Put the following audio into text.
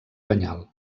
penyal